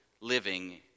living